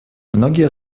многие